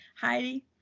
heidi